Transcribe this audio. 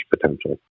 potential